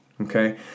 Okay